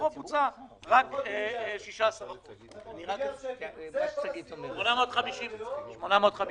שמתוכו בוצע רק 16%. נכון.